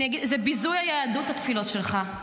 זה ביזוי היהדות, התפילות שלך.